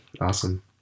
awesome